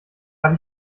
hab